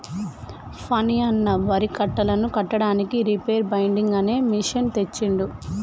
ఫణి అన్న వరి కట్టలను కట్టడానికి రీపేర్ బైండర్ అనే మెషిన్ తెచ్చిండు